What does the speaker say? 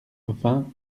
vingt